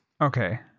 Okay